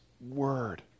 Word